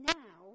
now